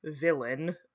villain